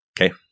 okay